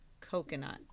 coconut